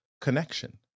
connection